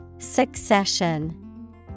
Succession